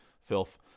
Filth